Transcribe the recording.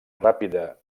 ràpida